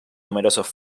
numerosos